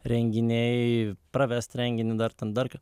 renginiai pravest renginį dar ten dar